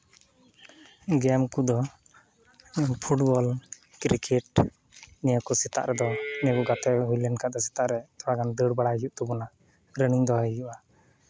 ᱜᱮᱢ ᱠᱚᱫᱚ football cricket ᱱᱤᱭᱟᱹ ᱠᱚ ᱥᱮᱛᱟᱜ ᱨᱮᱫᱚ ᱵᱚᱞ ᱜᱟᱛᱮ ᱦᱩᱭ ᱞᱮᱱ ᱠᱷᱟᱡ ᱫᱚ ᱥᱮᱛᱟᱜ ᱨᱮ ᱛᱷᱚᱲᱟ ᱜᱟᱱ ᱫᱟᱹᱲ ᱵᱟᱲᱟᱭ ᱦᱩᱭᱩᱜ ᱛᱟᱵᱚᱱᱟ ᱯᱞᱮᱱᱤᱝ ᱫᱚᱦᱚᱭ ᱦᱩᱭᱩᱜᱼᱟ